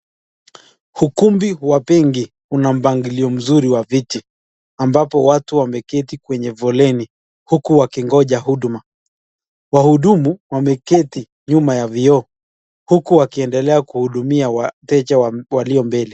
Ukumbi wa benki una mpangilio mzuri wa viti, ambapo watu wameketi kwenye voleni, huku wakingoja huduma. Wahudumu wameketi nyuma ya vioo, huku wakiendelea kuhudumia wateja walio mbele.